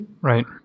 Right